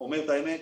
אומר את האמת,